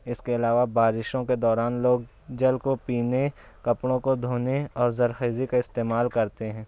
اس کے علاوہ بارشوں کے دوران لوگ جل کو پینے کپڑوں کو دھونے اور زرخیزی کا استعمال کرتے ہیں